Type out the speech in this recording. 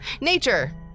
nature